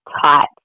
tight